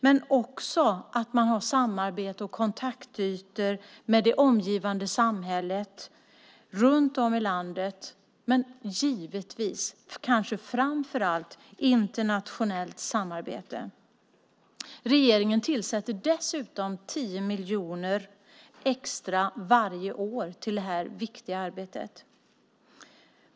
Men det ska också vara samarbete och kontaktytor med det omgivande samhället runt om i landet och framför allt internationellt. Regeringen ger dessutom 10 miljoner extra varje år till detta viktiga arbete.